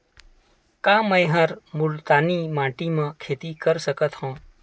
का मै ह मुल्तानी माटी म खेती कर सकथव?